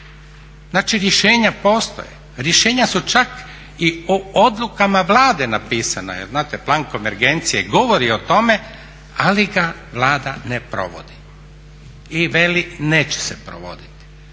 Znači rješenja postoje, rješenja su čak i o odlukama Vlade napisana. Jer znate, plan konvergencije govori o tome, ali ga Vlada ne provodi i veli neće se provoditi.